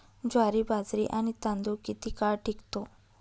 ज्वारी, बाजरी आणि तांदूळ किती काळ टिकतो?